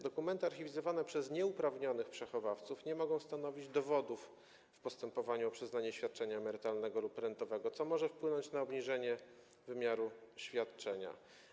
Dokumenty archiwizowane przez nieuprawnionych przechowawców nie mogą stanowić dowodów w postępowaniu o przyznanie świadczenia emerytalnego lub rentowego, co może wpłynąć na obniżenie wymiaru świadczenia.